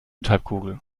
südhalbkugel